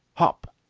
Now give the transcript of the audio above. hop!